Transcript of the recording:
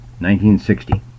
1960